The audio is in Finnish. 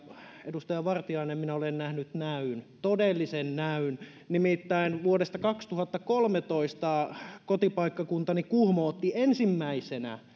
edustaja vartiainen minä olen nähnyt näyn todellisen näyn nimittäin vuodesta kaksituhattakolmetoista kotipaikkakuntani kuhmo otti ensimmäisenä